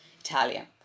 Italian